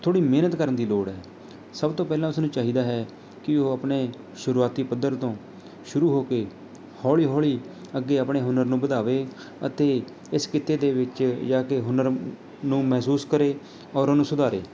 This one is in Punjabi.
ਥੋੜ੍ਹੀ ਮਿਹਨਤ ਕਰਨ ਦੀ ਲੋੜ ਹੈ ਸਭ ਤੋਂ ਪਹਿਲਾਂ ਉਸ ਨੂੰ ਚਾਹੀਦਾ ਹੈ ਕਿ ਉਹ ਆਪਣੇ ਸ਼ੁਰੂਆਤੀ ਪੱਧਰ ਤੋਂ ਸ਼ੁਰੂ ਹੋ ਕੇ ਹੌਲ਼ੀ ਹੌਲ਼ੀ ਅੱਗੇ ਆਪਣੇ ਹੁਨਰ ਨੂੰ ਵਧਾਵੇ ਅਤੇ ਇਸ ਕਿੱਤੇ ਦੇ ਵਿੱਚ ਜਾ ਕੇ ਹੁਨਰ ਨੂੰ ਮਹਿਸੂਸ ਕਰੇ ਔਰ ਉਹਨੂੰ ਸੁਧਾਰੇ